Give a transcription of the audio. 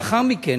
לאחר מכן,